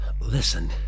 Listen